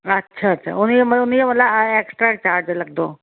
अच्छा अच्छा हुनखे मतलबु हुनजा मतलबु एक्स्ट्रा चार्ज लॻंदो